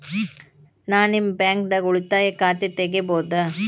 ನಾ ನಿಮ್ಮ ಬ್ಯಾಂಕ್ ದಾಗ ಉಳಿತಾಯ ಖಾತೆ ತೆಗಿಬಹುದ?